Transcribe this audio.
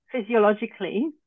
physiologically